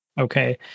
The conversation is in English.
Okay